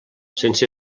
sense